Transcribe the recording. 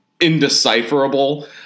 indecipherable